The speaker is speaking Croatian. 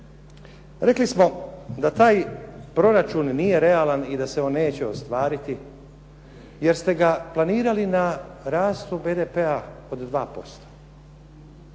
Rekli smo da taj proračun nije realan i da se on neće ostvariti jer ste ga planirali na rastu BDP-a od 2%.